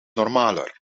normaler